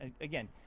again